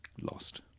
lost